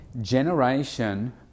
generation